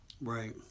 Right